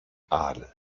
adel